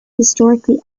historically